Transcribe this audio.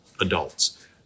adults